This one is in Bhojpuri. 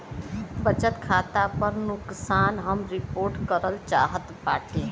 बचत खाता पर नुकसान हम रिपोर्ट करल चाहत बाटी